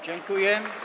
Dziękuję.